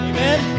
Amen